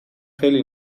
خیلی